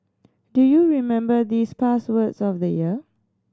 do you remember these past words of the year